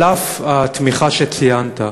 על אף התמיכה שציינת.